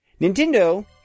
Nintendo